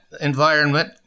environment